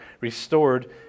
restored